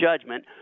judgment